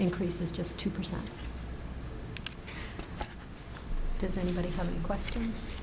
increases just two percent does anybody have questions